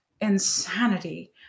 insanity